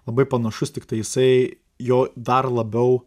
labai panašus tiktai jisai jo dar labiau